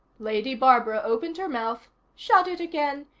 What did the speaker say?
lady barbara opened her mouth, shut it again,